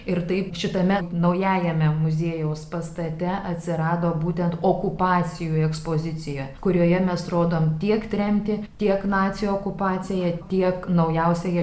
ir taip šitame naujajame muziejaus pastate atsirado būtent okupacijų ekspozicija kurioje mes rodome tiek tremtį tiek nacių okupaciją tiek naujausiąją